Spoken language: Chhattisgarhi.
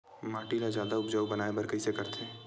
माटी ला जादा उपजाऊ बनाय बर कइसे करथे?